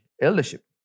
eldership